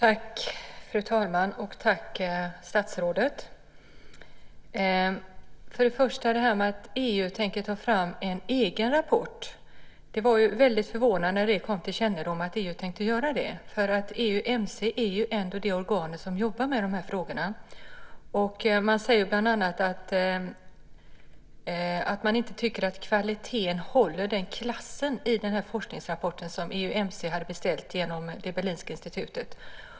Fru talman! Tack statsrådet! Det var väldigt förvånande när det kom till kännedom att EU tänkte ta fram en egen rapport. EUMC är ändå det organ som jobbar med de här frågorna. Man säger bland annat att man inte tycker att kvaliteten håller klassen i den forskningsrapport som EUMC hade beställt genom det berlinska institutet.